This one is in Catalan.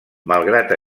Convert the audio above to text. malgrat